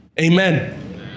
Amen